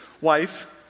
wife